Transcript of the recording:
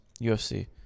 UFC